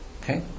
Okay